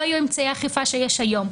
לא היו אמצעי אכיפה שיש היום.